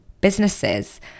businesses